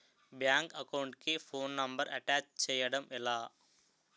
Bank account కి phone number attach చేయడం ఎలా?